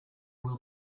will